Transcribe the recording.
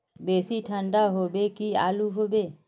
बेसी ठंडा होबे की आलू होबे